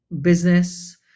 business